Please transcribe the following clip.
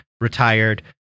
retired